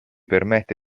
permette